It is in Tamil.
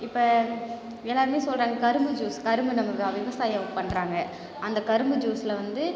இப்போ எல்லாருமே சொல்கிறாங்க கரும்பு ஜூஸ் கரும்பு நம்ப வ விவசாயம் பண்ணுறாங்க அந்தக் கரும்பு ஜூசில் வந்து